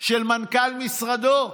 של מנכ"ל משרדו.